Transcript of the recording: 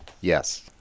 Yes